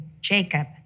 Jacob